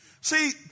See